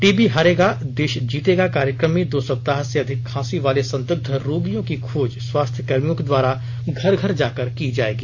TB हारेगा देश जितेगा कार्यक्रम में दो सप्ताह से अधिक खांसी वाले संदिग्ध रोगियों की खोज स्वास्थ्य कर्मियों के द्वारा घर घर जा कर की जाएगी